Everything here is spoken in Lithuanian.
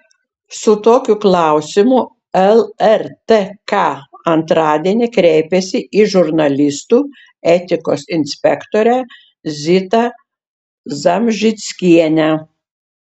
su tokiu klausimu lrtk antradienį kreipėsi į žurnalistų etikos inspektorę zitą zamžickienę